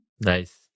Nice